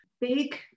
big